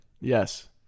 yes